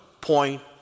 point